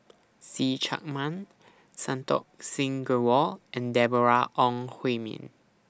See Chak Mun Santokh Singh Grewal and Deborah Ong Hui Min